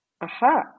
aha